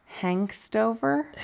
Hankstover